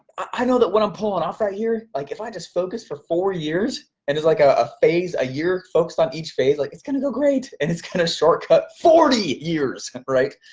i know that what i'm pulling off right here, like if i just focus for four years and there's like a ah phase, a year focused on each phase, like it's gonna go great, and it's gonna kind of shortcut forty years, right?